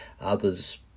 others